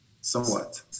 Somewhat